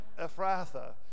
Ephrathah